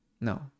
No